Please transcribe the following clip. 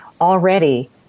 already